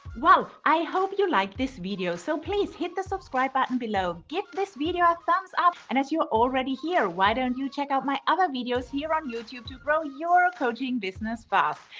well, i hope you liked like this video. so please hit the subscribe button below, give this video a thumbs up and as you're already here, why don't you check out my other videos here on youtube to grow your coaching business fast.